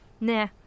nah